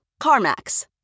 CarMax